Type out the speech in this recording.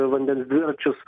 vandens dviračius